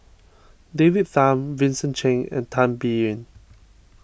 David Tham Vincent Cheng and Tan Biyun